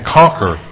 conquer